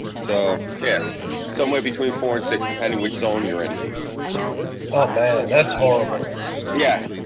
so yeah somewhere between four and six depending which zone you're in oh and so man, that's horrible. yeah,